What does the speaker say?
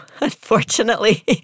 unfortunately